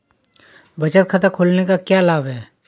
बचत खाता खोलने के क्या लाभ हैं?